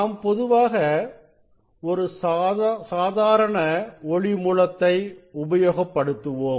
நாம் பொதுவாக ஒரு சாதாரண ஒளி மூலத்தை உபயோகப்படுத்துவோம்